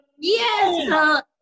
Yes